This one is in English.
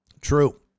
True